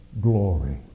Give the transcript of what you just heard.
glory